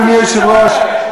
אדוני היושב-ראש,